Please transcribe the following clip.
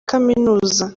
kaminuza